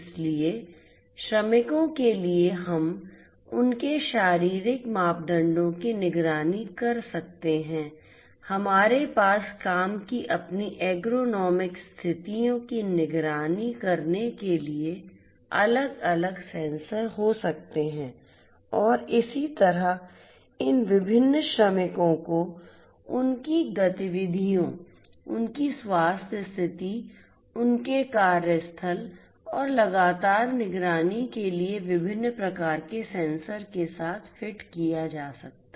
इसलिए श्रमिकों के लिए हम उनके शारीरिक मापदंडों की निगरानी कर सकते हैं हमारे पास काम की अपनी एर्गोनोमिक स्थितियों की निगरानी करने के लिए अलग अलग सेंसर हो सकते हैं और इसी तरह इन विभिन्न श्रमिकों को उनकी गतिविधियों उनकी स्वास्थ्य स्थिति उनके कार्यस्थल और लगातार निगरानी के लिए विभिन्न प्रकार के सेंसर के साथ फिट किया जा सकता है